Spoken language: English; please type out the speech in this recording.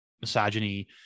misogyny